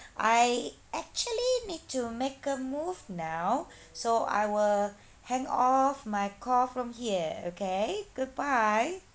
I actually need to make a move now so I will hang off my call from here okay goodbye